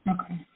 Okay